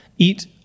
Eat